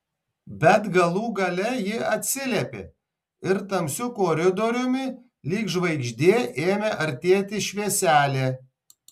bet galų gale ji atsiliepė ir tamsiu koridoriumi lyg žvaigždė ėmė artėti švieselė